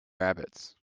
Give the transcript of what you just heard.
rabbits